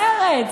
הסרט.